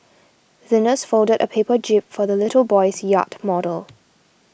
the nurse folded a paper jib for the little boy's yacht model